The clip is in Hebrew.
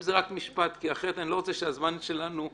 אם זה רק משפט, כי אני לא רוצה שהזמן שלנו ילך.